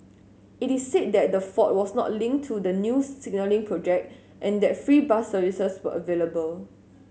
it is said that the fault was not linked to the new signalling project and that free bus services were available